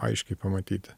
aiškiai pamatyti